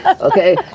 Okay